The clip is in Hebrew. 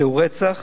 זהו רצח